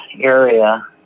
area